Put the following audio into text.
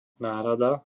náhrada